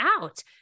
out